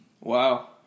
Wow